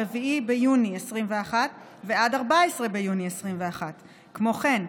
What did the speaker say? ביוני 2021 ועד 14 ביוני 2021. כמו כן,